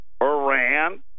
Iran